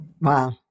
Wow